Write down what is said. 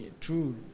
true